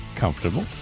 Comfortable